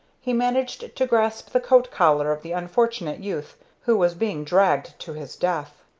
he managed to grasp the coat-collar of the unfortunate youth who was being dragged to his death.